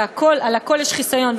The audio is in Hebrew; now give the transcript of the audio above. על הכול יש חיסיון,